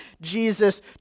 Jesus